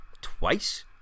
twice